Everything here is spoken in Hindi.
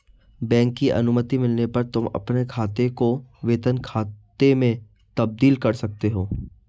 बैंक की अनुमति मिलने पर तुम अपने खाते को वेतन खाते में तब्दील कर सकते हो